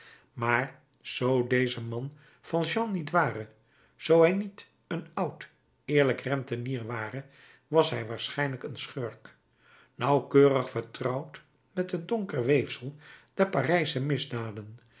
maar zoo deze man valjean niet ware zoo hij niet een oud eerlijk rentenier ware was hij waarschijnlijk een schurk nauwkeurig vertrouwd met het donker weefsel der parijsche misdaden